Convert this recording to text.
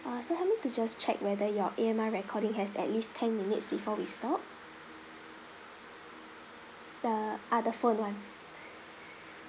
uh so help me to just check whether your A M R recording has at least ten minutes before we stop uh ah the phone one